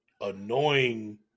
annoying –